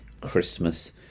Christmas